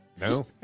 No